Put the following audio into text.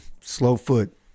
Slowfoot